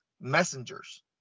messengers